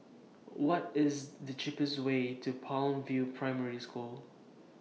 What IS The cheapest Way to Palm View Primary School